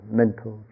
mental